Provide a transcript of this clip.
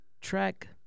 track